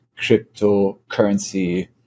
cryptocurrency